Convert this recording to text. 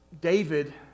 David